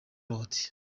claude